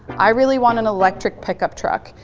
i really want an electric pickup truck.